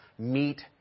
meet